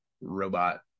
robot